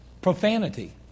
profanity